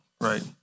Right